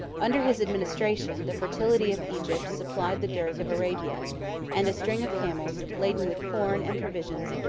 under his administration, the fertility of egypt supplied the dearth of arabia and a string of camels, laden with corn and provisions,